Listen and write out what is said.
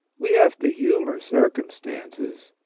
we have to humour circumstances.